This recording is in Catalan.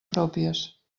pròpies